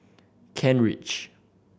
Kent Ridge